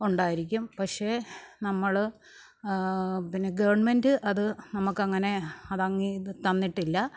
ഉണ്ടായിരിക്കും പക്ഷേ നമ്മൾ പിന്നെ ഗവൺമെന്റ് അത് നമുക്കങ്ങനെ അതങ്ങ് ഈ ഇത് തന്നിട്ടില്ല